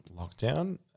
lockdown